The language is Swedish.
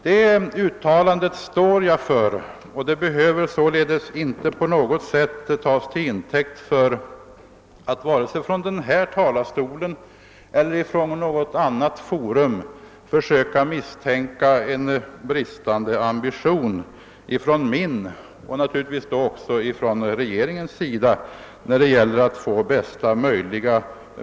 Det uttalandet står jag för Det är grundfrågan.